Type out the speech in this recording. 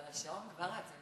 אבל השעון כבר רץ.